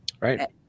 Right